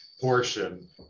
portion